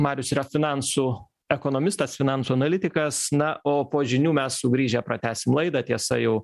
marius yra finansų ekonomistas finansų analitikas na o po žinių mes sugrįžę pratęsim laidą tiesa jau